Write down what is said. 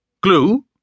Glue